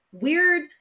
weird